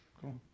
Cool